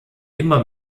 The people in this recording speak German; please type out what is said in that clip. immer